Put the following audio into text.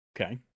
Okay